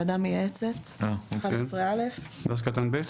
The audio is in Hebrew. "ועדה מייעצת 11א.". (ב)